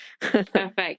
Perfect